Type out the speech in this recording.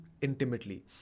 intimately